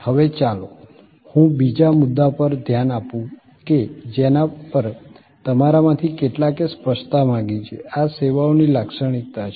હવે ચાલો હું બીજા મુદ્દા પર ધ્યાન આપું કે જેના પર તમારામાંથી કેટલાકે સ્પષ્ટતા માંગી છે આ સેવાઓની લાક્ષણિકતા છે